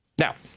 now,